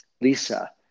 Lisa